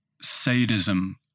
sadism